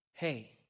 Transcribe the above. hey